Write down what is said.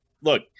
look